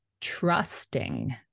trusting